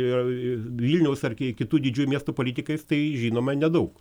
ir vilniaus ar kitų didžiųjų miestų politikais tai žinoma nedaug